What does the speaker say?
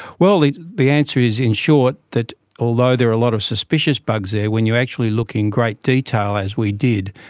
well, the the answer is, in short, that although there are a lot of suspicious bugs there, when you actually look in great detail, as we did,